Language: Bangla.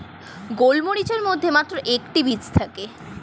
গোলমরিচের মধ্যে মাত্র একটি বীজ থাকে